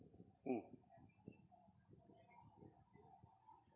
mm